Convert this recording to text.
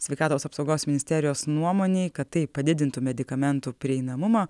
sveikatos apsaugos ministerijos nuomonei kad tai padidintų medikamentų prieinamumą